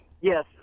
Yes